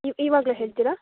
ಇವ ಈವಾಗಲೆ ಹೇಳ್ತೀರಾ